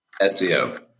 SEO